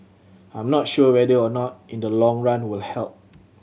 I'm not sure whether or not in the long run would help